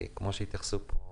כמו שהתייחסו פה,